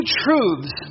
truths